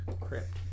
crypt